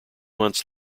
months